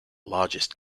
largest